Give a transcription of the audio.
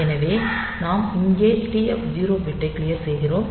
எனவே நாம் இங்கே TF0 பிட்டை க்ளியர் செய்கிறோம்